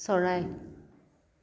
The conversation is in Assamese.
চৰাই